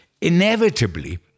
Inevitably